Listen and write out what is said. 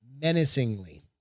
menacingly